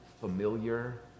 familiar